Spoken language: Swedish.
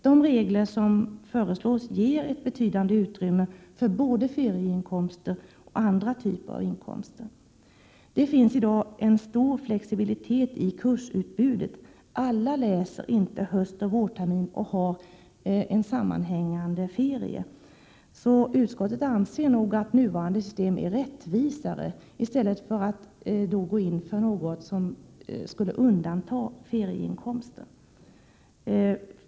De regler som föreslås ger ett betydande utrymme för både ferieinkomster och andra typer av inkomster. Det finns i dag en stor flexibilitet i kursutbudet. Alla läser inte höstoch vårtermin och alla har inte en sammanhängande ferie. Utskottet anser att nuvarande system är rättvisare än om man skulle gå in för något som skulle undanta ferieinkomsten.